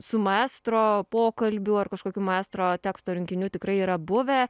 su maestro pokalbių ar kažkokių maestro teksto rinkinių tikrai yra buvę